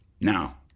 Now